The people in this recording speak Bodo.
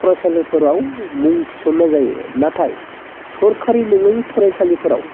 फरायसालिफोराव मुं थिसननाय जायो नाथाय सोरखारि नङै फरायसालिफोराव